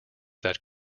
that